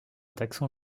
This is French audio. taxon